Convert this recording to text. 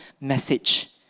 message